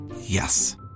Yes